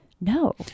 No